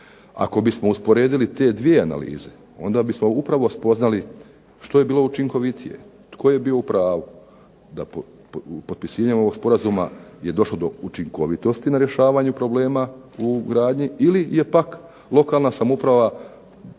Ako bismo usporedili te dvije analize onda bismo upravo spoznali što je bilo učinkovitije, tko je bio u pravu, da potpisivanjem ovog sporazuma je došlo do učinkovitosti na rješavanju problema u gradnji ili je pak lokalna samouprava